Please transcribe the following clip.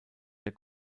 der